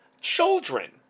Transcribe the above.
children